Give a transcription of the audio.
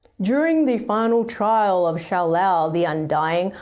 during the final trial of shou-lao, the undying,